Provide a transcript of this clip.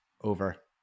Over